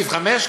סעיף 5,